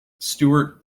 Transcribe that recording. stewart